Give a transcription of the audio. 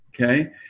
Okay